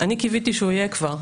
אני קיוויתי שהוא יהיה כבר,